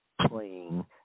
playing